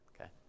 Okay